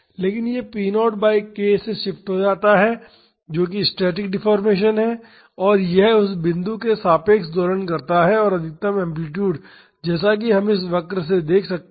लेकिन यह p 0 by k से शिफ्ट हो जाता है जो कि स्टैटिक डिफ़ॉर्मेशन है और यह उस बिंदु के सापेक्ष दोलन करता है और अधिकतम एम्पलीटूड जैसा कि हम इस वक्र से देख सकते हैं 2 p 0 बाई k है